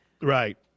right